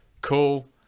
Cool